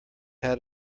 how